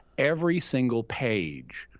every single page.